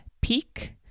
peak